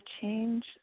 change